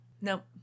Nope